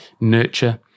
nurture